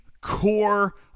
core